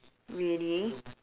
really